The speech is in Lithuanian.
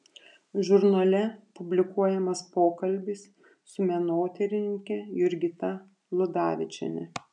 žurnale publikuojamas pokalbis su menotyrininke jurgita ludavičiene